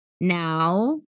now